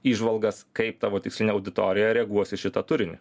įžvalgas kaip tavo tikslinė auditorija reaguos į šitą turinį